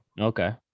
Okay